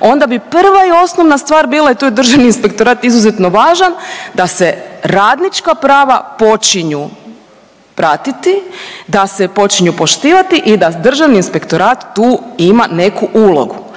onda bi prva i osnovna stvar bila i tu je Državni inspektorat izuzetno važan, da se radnička prava počinju pratiti, da se počinju poštivati i da Državni inspektorat tu ima neku ulogu.